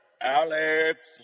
Alex